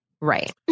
Right